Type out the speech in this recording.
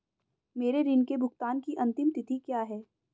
मेरे ऋण के भुगतान की अंतिम तिथि क्या है?